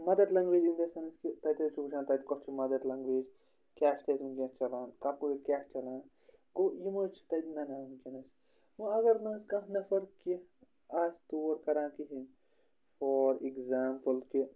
mother language in the sense کہِ تَتہِ حظ چھُ وٕچھان تَتہِ کۄس چھِ مَدَر لنٛگویج کیٛاہ چھِ تَتہِ ؤنکیٚس چَلان کپٲرۍ کیٛاہ چھِ چَلان گوٚو یِم حظ چھِ تَتہِ نَنان ؤنکیٚنَس وٕں اگر نہٕ حظ کانٛہہ نَفَر کینٛہہ آسہِ تور کَران کِہیٖنۍ فار ایٚکزامپٕل کہِ